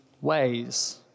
ways